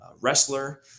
wrestler